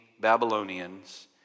Babylonians